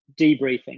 debriefing